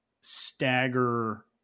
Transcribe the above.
stagger